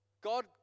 God